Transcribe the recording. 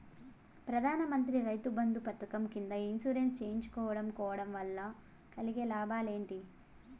ప్రధాన మంత్రి రైతు బంధు పథకం కింద ఇన్సూరెన్సు చేయించుకోవడం కోవడం వల్ల కలిగే లాభాలు ఏంటి?